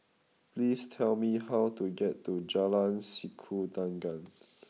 please tell me how to get to Jalan Sikudangan